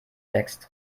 wächst